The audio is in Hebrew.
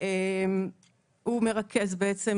הוא מרכז בעצם